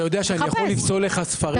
אני יכול לפסול לך ספרים.